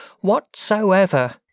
whatsoever